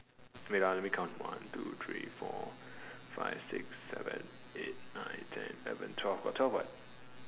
wait ah let me count one two three four five six seven eight nine ten eleven twelve got twelve what